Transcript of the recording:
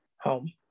home